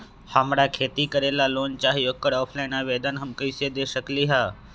हमरा खेती करेला लोन चाहि ओकर ऑफलाइन आवेदन हम कईसे दे सकलि ह?